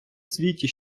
світі